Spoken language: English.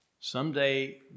Someday